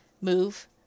move